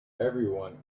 everyone